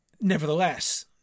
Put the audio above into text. nevertheless